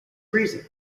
reason